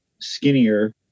skinnier